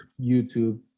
YouTube